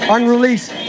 Unreleased